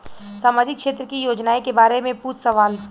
सामाजिक क्षेत्र की योजनाए के बारे में पूछ सवाल?